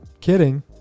kidding